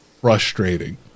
frustrating